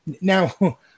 Now